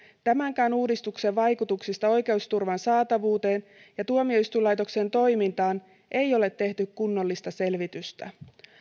tämänkään uudistuksen vaikutuksista oikeusturvan saatavuuteen ja tuomioistuinlaitoksen toimintaan ei ole tehty kunnollista selvitystä